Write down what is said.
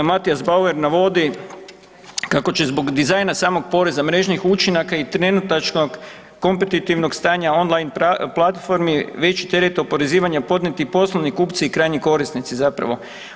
Matija Bauer navodi kako će zbog dizajna samog poreza mrežnih učinaka i trenutačnog kompetitivnog stanja online platformi veći teret oporezivanja podnijeti poslovni kupci i krajnji korisnici zapravo.